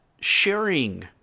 sharing